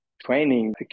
training